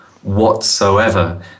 whatsoever